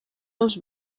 els